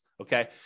okay